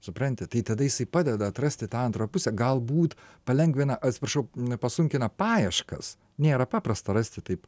supranti tai tada jisai padeda atrasti tą antrą pusę galbūt palengvina atsiprašau pasunkina paieškas nėra paprasta rasti taip